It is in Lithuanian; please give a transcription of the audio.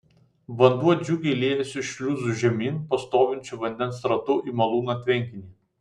vanduo džiugiai liejosi šliuzu žemyn po stovinčiu vandens ratu į malūno tvenkinį